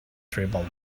tribal